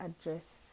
address